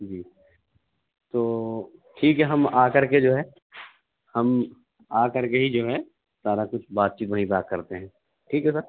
جی تو ٹھیک ہے ہم آ کر کے جو ہے ہم آ کر کے ہی جو ہے سارا کچھ بات چیت وہیں پہ آ کے کرتے ہیں ٹھیک ہے سر